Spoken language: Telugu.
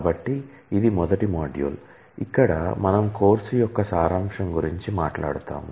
కాబట్టి ఇది మొదటి మాడ్యూల్ ఇక్కడ మనం కోర్సు యొక్క సారాంశం గురించి మాట్లాడుతాము